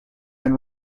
and